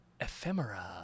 ephemera